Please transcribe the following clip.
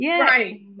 Right